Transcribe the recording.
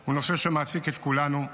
הוא נושא שמעסיק את כולנו.